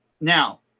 Now